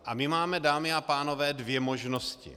A my máme, dámy a pánové, dvě možnosti.